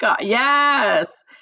Yes